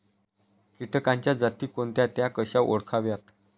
किटकांच्या जाती कोणत्या? त्या कशा ओळखाव्यात?